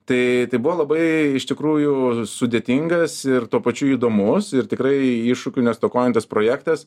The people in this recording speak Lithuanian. tai tai buvo labai iš tikrųjų sudėtingas ir tuo pačiu įdomus ir tikrai iššūkių nestokojantis projektas